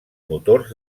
motors